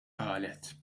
qalet